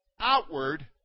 outward